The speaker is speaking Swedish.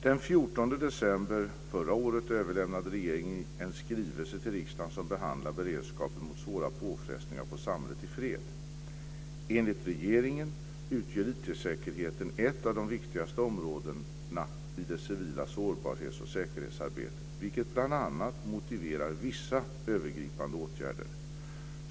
Den 14 december förra året överlämnade regeringen en skrivelse till riksdagen som behandlar beredskapen mot svåra påfrestningar på samhället i fred säkerheten ett av de viktigaste områdena i det civila sårbarhets och säkerhetsarbetet vilket bl.a. motiverar vissa övergripande åtgärder.